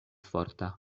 forta